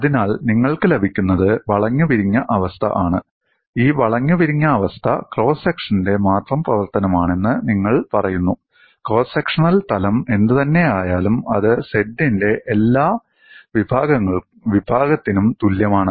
അതിനാൽ നിങ്ങൾക്ക് ലഭിക്കുന്നത് വളഞ്ഞുപിരിഞ്ഞ അവസ്ഥ ആണ് ഈ വളഞ്ഞുപിരിഞ്ഞ അവസ്ഥ ക്രോസ് സെക്ഷന്റെ മാത്രം പ്രവർത്തനമാണെന്ന് നിങ്ങൾ പറയുന്നു ക്രോസ് സെക്ഷണൽ തലം എന്തുതന്നെയായാലും അത് z ന്റെ എല്ലാ വിഭാഗത്തിനും തുല്യമാണ്